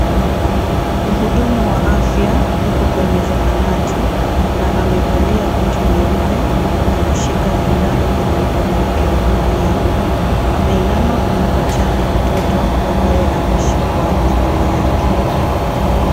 Mhudumu wa afya yuko kwenye zahanati na amevalia koti nyeupe na kushika sindano kwenye mkono wake wa kulia. Ameinama kumpa chanjo mtoto ambaye ameshikwa na mama yake.